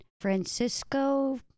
Francisco